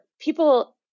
people